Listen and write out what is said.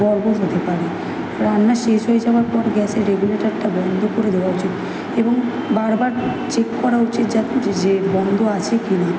গড়বড় হতে পারে রান্না শেষ হয়ে যাওয়ার পর গ্যাসের রেগুলেটরটা বন্ধ করে দেওয়ার উচিত এবং বারবার চেক করা উচিত যাতে যে যে বন্ধ আছে কি না